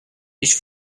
ich